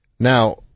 Now